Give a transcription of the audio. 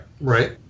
right